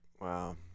Wow